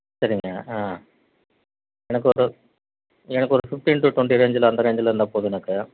சரிங்க ஆ எனக்கு ஒரு எனக்கு ஒரு ஃபிஃப்ட்டீன் டு டொண்ட்டி ரேஞ்சில் அந்த ரேஞ்சில் இருந்தால் போதுங்க சார்